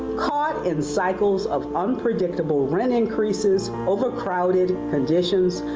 caught in cycles of unpredictable rent increases overcrowded conditions,